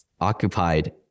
occupied